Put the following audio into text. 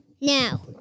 Now